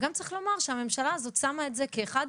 וגם צריך לומר שהממשלה הזאת שמה את זה כאחד